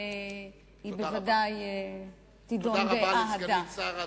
היא בוודאי תידון באהדה.